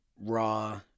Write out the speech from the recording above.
Raw